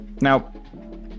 Now